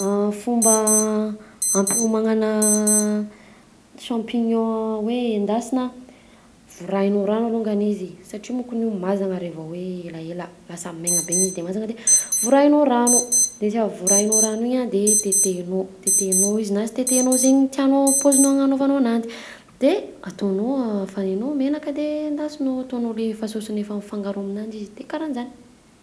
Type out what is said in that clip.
Fomba hampiomagnana champignons hoe endasina: vorahinao rano alongany izy, satria monkony io mazana re vao hoe elaela, lasa maigna be igny izy de mazana de vorahinao rano, de izy avy vorahinao rano igny a de tetehinao, tetehinao izy na sy tetehinao zaigny tianao paoziny agnanaovanao ananjy, de ataonao afanainao menaka de endasinao, ataonao le efa saosiny efa mifangaro aminanjy izy, de karahan'zany.